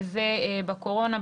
וזה בקורונה,